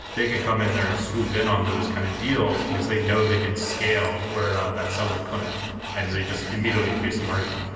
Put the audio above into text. they can come in there and swoop in on those kind of deals because they know they can scale where that seller couldn't. and so you just immediately increase the margin.